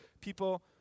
People